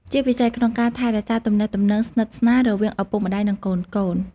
ជាពិសេស ក្នុងការថែរក្សាទំនាក់ទំនងស្និទ្ធស្នាលរវាងឪពុកម្ដាយ និងកូនៗ។